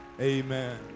Amen